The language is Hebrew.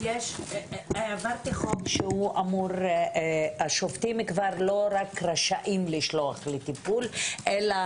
העברתי חוק שהשופטים לא רק רשאים לשלוח לטיפול אלא,